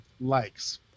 likes